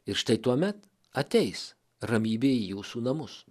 ir štai tuomet ateis ramybė į jūsų namus